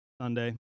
Sunday